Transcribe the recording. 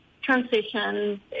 transition